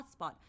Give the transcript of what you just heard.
hotspot